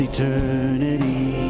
eternity